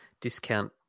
discount